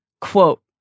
Quote